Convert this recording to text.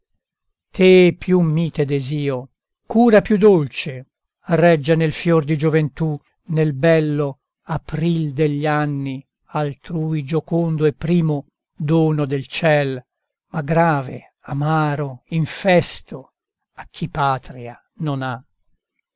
te più mite desio cura più dolce regge nel fior di gioventù nel bello april degli anni altrui giocondo e primo dono del ciel ma grave amaro infesto a chi patria non ha